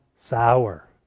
sour